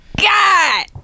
God